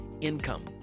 income